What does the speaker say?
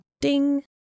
ding